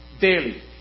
daily